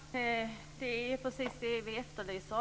Herr talman! Det är precis det som vi också efterlyser.